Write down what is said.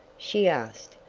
she asked.